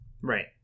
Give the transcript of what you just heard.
right